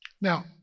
Now